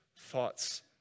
thoughts